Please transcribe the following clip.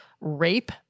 rape